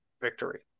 victory